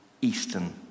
Eastern